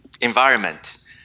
environment